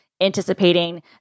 anticipating